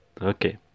Okay